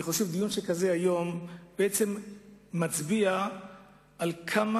אני חושב שדיון כזה היום בעצם מצביע על כמה